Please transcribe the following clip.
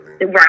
Right